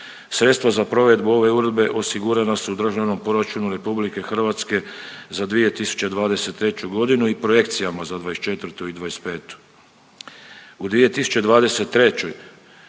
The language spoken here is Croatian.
Sredstva za provedbu ove uredbe osigurana su u državnom proračunu RH za 2023. godinu i projekcijama za '24. i '25.